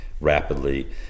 rapidly